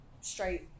straight